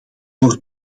wordt